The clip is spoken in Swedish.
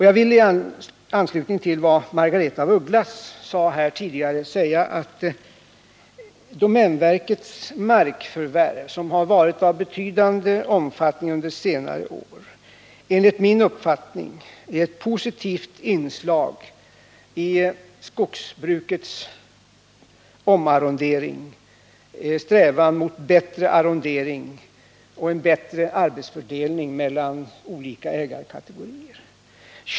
Jag vill i anslutning till vad Margaretha af Ugglas anförde här tidigare säga, att domänverkets markförvärv, som har varit av betydande omfattning under senare år, enligt min uppfattning är ett positivt inslag i skogsbrukets omarrondering, strävan mot bättre arrondering och en bättre arbetsfördelning mellan olika ägarkategorier.